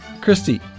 christy